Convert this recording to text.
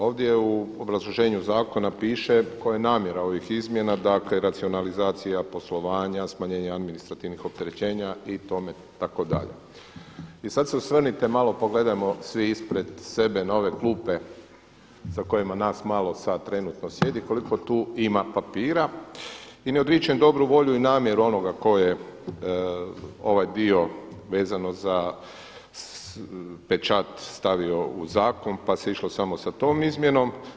Ovdje u obrazloženju zakona piše koja je namjera ovih izmjena, dakle racionalizacija poslovanja, smanjenja administrativnih opterećenja itd. i sada se osvrnite malo pogledajmo svi ispred sebe na ove klupe za kojima nas malo sada trenutno sjedi, koliko tu ima papira i ne odričem dobru volju i namjeru onoga ko je ovaj dio vezano za pečat stavio u zakon pa se išlo samo sa tom izmjenom.